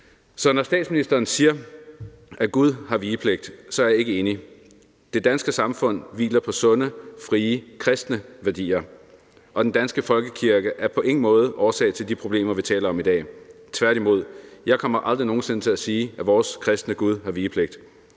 Så når statsministeren siger, at Gud har vigepligt, er jeg ikke enig. Det danske samfund hviler på sunde, frie, kristne værdier, og den danske folkekirke er på ingen måde årsag til de problemer, vi taler om i dag, tværtimod. Jeg kommer aldrig nogen sinde til at sige, at vores kristne Gud har vigepligt.